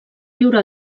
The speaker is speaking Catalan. viure